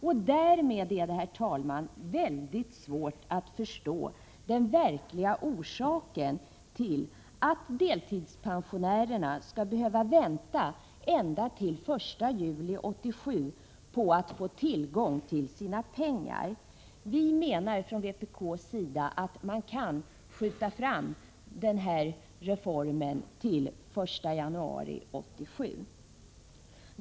Mot denna bakgrund är det, herr talman, väldigt svårt att förstå den verkliga orsaken till att deltidspensionärerna skall behöva vänta ända till den 1 juli 1987 på att få tillgång till sina pengar. Vi menar från vpk:s sida att man kan skjuta fram den här reformen till den 1 januari 1987.